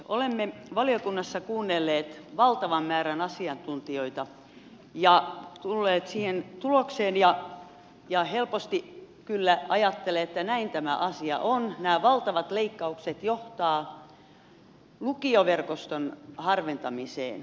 olemme valiokunnassa kuunnelleet valtavan määrän asiantuntijoita ja tulleet siihen tulokseen ja helposti kyllä ajattelen että näin tämä asia on että nämä valtavat leikkaukset johtavat lukioverkoston harventamiseen